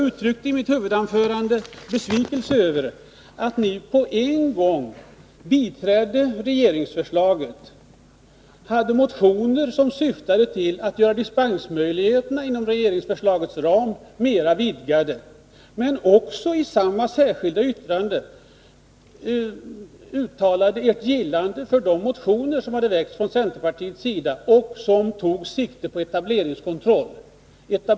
I mitt huvudanförande uttryckte jag besvikelse över att ni biträdde regeringsförslaget och hade motioner som syftade till att vidga dispensmöjligheterna inom regeringsförslagets ram, samtidigt som ni i det särskilda yttrandet uttalade ert gillande av de motioner som hade väckts från — Nr 106 centerpartiets sida och som tog sikte på en etableringskontroll.